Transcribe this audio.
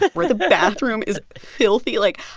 but where the bathroom is filthy. like.